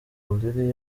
olili